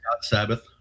Sabbath